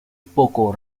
poco